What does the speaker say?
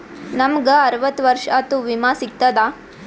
ನಮ್ ಗ ಅರವತ್ತ ವರ್ಷಾತು ವಿಮಾ ಸಿಗ್ತದಾ?